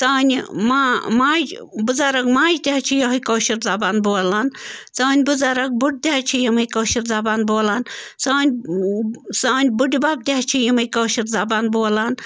سانہِ ما ماجہٕ بُزرَگ ماجہٕ تہِ حظ چھِ یِہَے کٲشِر زبان بولان سٲنۍ بُزَرَگ بُڈٕ تہِ حظ چھِ یِمَے کٲشِر زبان بولان سٲنۍ سٲنۍ بُڈِبَب تہِ حظ چھِ یِمَے کٲشِر زبان بولان